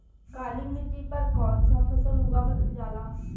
काली मिट्टी पर कौन सा फ़सल उगावल जाला?